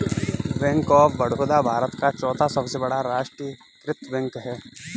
bank of Baroda Bharat का चौथा सबसे बड़ा राष्ट्रीयकृत बैंक है